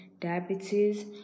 diabetes